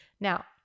Now